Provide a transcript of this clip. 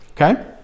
Okay